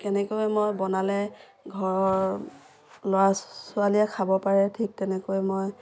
কেনেকৈ মই বনালে ঘৰৰ ল'ৰা ছোৱালীয়ে খাব পাৰে ঠিক তেনেকৈ মই